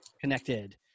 connected